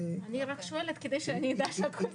--- אני רק שואלת כדי שאני אדע שהכול סגור.